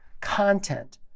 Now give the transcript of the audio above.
content